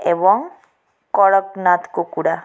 ଏବଂ କଡ଼କନାଥ କୁକୁଡ଼ା